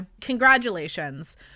congratulations